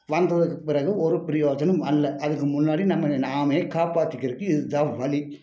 வந்ததுக்கு பிறகு ஒரு பிரியோஜனம் அல்ல அதுக்கு முன்னாடி நம்மளை நாமே காப்பாத்திக்கிறதுக்கு இதுதான் வழி